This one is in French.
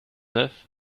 neuf